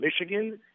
Michigan